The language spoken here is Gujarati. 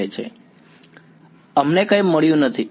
વિદ્યાર્થી અમને કંઈ મળ્યું નથી